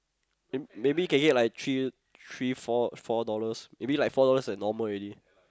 eh maybe can get like three three four four dollars maybe like four dollars like normal already